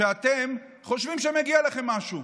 אתם חושבים שמגיע לכם משהו.